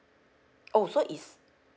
oh so it's